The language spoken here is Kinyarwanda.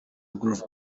groove